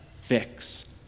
fix